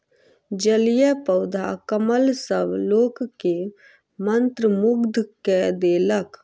जलीय पौधा कमल सभ लोक के मंत्रमुग्ध कय देलक